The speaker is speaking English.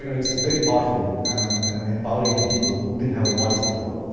you know it's very powerful and empowering to people who didn't have a voice before.